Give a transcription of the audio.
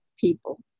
people